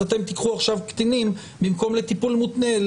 אז אתם תיקחו עכשיו קטינים במקום לטיפול מותנה,